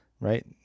right